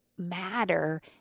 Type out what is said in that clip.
matter